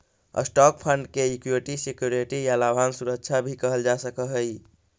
stock fund के equity security या लाभांश सुरक्षा भी कहल जा सकऽ हई